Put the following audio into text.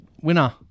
winner